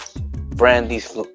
Brandy's